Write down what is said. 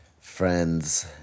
friends